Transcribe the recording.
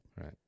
Right